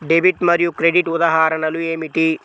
Debit మరియు credit ఉదాహరణలు ఏమిటీ?